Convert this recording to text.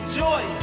joy